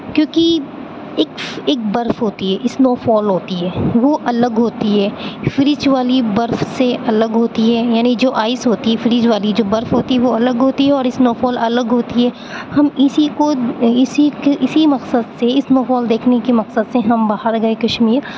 کیونکہ اک اک برف ہوتی ہے اسنوفال ہوتی ہے وہ الگ ہوتی ہے فریج والی برف سے الگ ہوتی ہے یعنی جو آئس ہوتی ہے فریج والی جو برف ہوتی ہے وہ الگ ہوتی ہے اور اسنوفال الگ ہوتی ہے ہم اسی کو اسی کے اسی مقصد سے اسنوفال دیکھنے کی مقصد سے ہم باہر گئے کشمیر